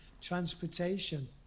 transportation